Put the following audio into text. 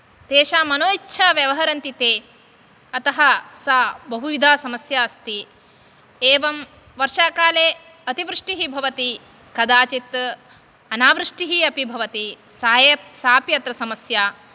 तेषां मनो इच्छा व्यवहरन्ति ते अतः सा बहुविधा समस्या अस्ति एवं वर्षाकाले अतिवृष्टिः भवति कदाचित् अनावृष्टिः अपि भवति सा सापि अत्र समस्या